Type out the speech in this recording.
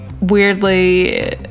weirdly